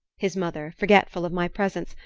his mother, forgetful of my presence,